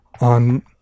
on